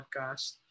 podcast